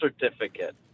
certificate